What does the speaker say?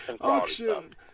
Auction